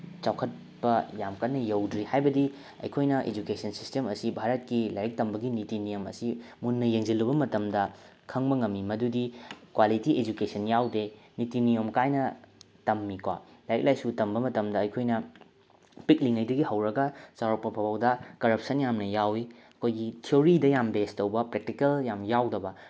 ꯆꯥꯎꯈꯠꯄ ꯌꯥꯝ ꯀꯟꯅ ꯌꯧꯗ꯭ꯔꯤ ꯍꯥꯏꯕꯗꯤ ꯑꯩꯈꯣꯏꯅ ꯑꯦꯖꯨꯨꯀꯦꯁꯟ ꯁꯤꯁꯇꯦꯝ ꯑꯁꯤ ꯚꯥꯔꯠꯀꯤ ꯂꯥꯏꯔꯤꯛ ꯇꯝꯕꯒꯤ ꯅꯤꯇꯤ ꯅꯤꯌꯝ ꯑꯁꯤ ꯃꯨꯟꯅ ꯌꯦꯡꯁꯤꯜꯂꯨꯕ ꯃꯇꯝꯗ ꯈꯪꯕ ꯉꯝꯃꯤ ꯃꯗꯨꯗꯤ ꯀ꯭ꯋꯥꯂꯤꯇꯤ ꯑꯦꯖꯨꯀꯦꯁꯟ ꯌꯥꯎꯗꯦ ꯅꯤꯇꯤ ꯅꯤꯌꯣꯝ ꯀꯥꯏꯅ ꯇꯝꯃꯤꯀꯣ ꯂꯥꯏꯔꯤꯛ ꯂꯥꯏꯁꯨ ꯇꯝꯕ ꯃꯇꯝꯗ ꯑꯩꯈꯣꯏꯅ ꯄꯤꯛꯂꯤꯉꯩꯗꯒꯤ ꯍꯧꯔꯒ ꯆꯥꯎꯔꯛꯄ ꯐꯥꯎꯕꯗ ꯀꯔꯞꯁꯟ ꯌꯥꯝꯅ ꯌꯥꯎꯋꯤ ꯑꯩꯈꯣꯏꯒꯤ ꯊꯤꯑꯣꯔꯤꯗ ꯌꯥꯝ ꯕꯦꯁ ꯇꯧꯕ ꯄ꯭ꯔꯦꯛꯇꯀꯦꯜ ꯌꯥꯝ ꯌꯥꯎꯗꯕ